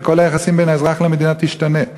וכל היחסים בין האזרח למדינה ישתנו.